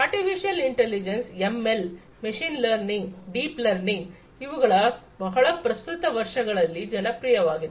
artificial intelligence ML machine learning deep learning ಇವುಗಳು ಬಹಳ ಪ್ರಸ್ತುತ ವರ್ಷಗಳಲ್ಲಿ ಜನಪ್ರಿಯವಾಗಿದೆ